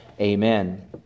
Amen